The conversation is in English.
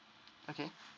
okay